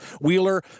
Wheeler